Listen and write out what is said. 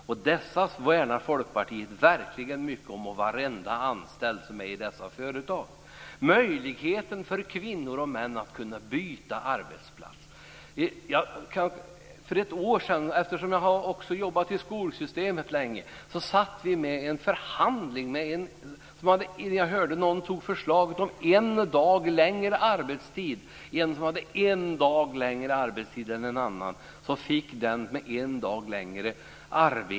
Folkpartiet värnar verkligen om varenda anställd i sådana företag. Jag har jobbat länge i skolsystemet. I en förhandling hörde jag ett förslag om att en som hade en dag längre arbetstid än en annan skulle få gå före.